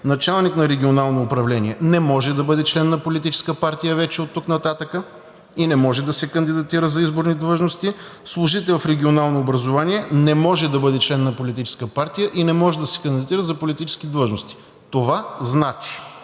началник на регионално управление не може да бъде член на политическа партия вече оттук нататък и не може да се кандидатира за изборни длъжности, служител в регионално образование не може да бъде член на политическа партия и не може да се кандидатира за политически длъжности. Това значи.